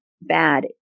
bad